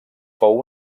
fou